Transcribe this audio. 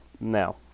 now